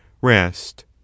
rest